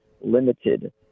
limited